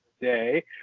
today